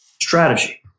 strategy